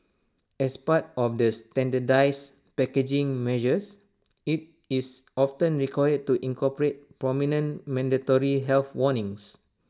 as part of the standardised packaging measures IT is often required to incorporate prominent mandatory health warnings